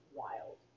wild